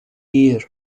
year